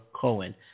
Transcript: Cohen